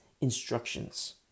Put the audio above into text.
instructions